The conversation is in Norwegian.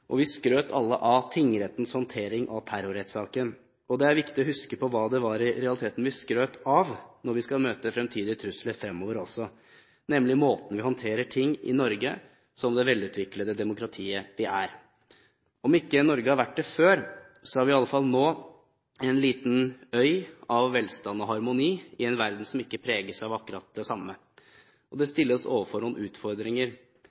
og vi skrøt alle av tingrettens håndtering av terrorrettssaken. Det er viktig å huske på hva det var vi i realiteten skrøt av, når vi skal møte fremtidige trusler fremover også, nemlig måten vi håndterer ting på i Norge, som det velutviklede demokratiet vi er. Om ikke Norge har vært det før, er vi i alle fall nå en liten øy av velstand og harmoni, i en verden som ikke preges av akkurat det samme. Det stiller oss overfor noen utfordringer. Den ene, og